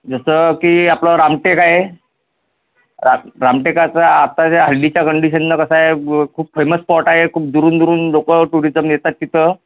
जसं की आपलं रामटेक आहे रा रामटेकाचं आताच्या हल्लीच्या कंडिशनला कसं आहे ब खूप फेमस स्पॉट आहे खूप दुरून दुरून लोक टुरिजम येतात तिथं